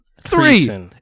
three